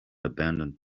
abandoned